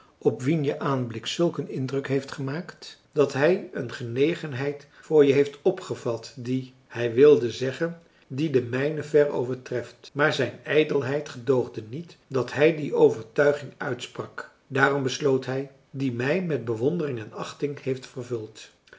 op wien je aanblik zulk een indruk heeft gemaakt dat hij een genegenheid voor je heeft opgevat die hij wilde zeggen die de mijne ver overtreft maar zijn ijdelheid gedoogde niet dat hij die overtuiging uitsprak daarom besloot hij die mij met bewondering en achting heeft vervuld